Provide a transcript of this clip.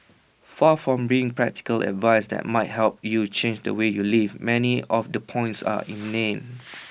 far from being practical advice that might help you change the way you live many of the points are inane